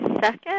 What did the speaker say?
Second